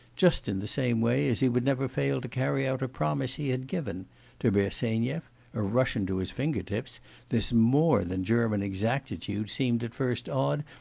just in the same way as he would never fail to carry out a promise he had given to bersenyev a russian to his fingertips this more than german exactitude seemed at first odd,